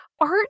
art